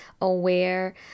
aware